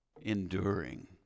Enduring